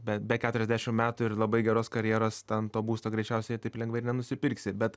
be be keturiasdešim metų ir labai geros karjeros ten to būsto greičiausiai taip lengvai ir nenusipirksi bet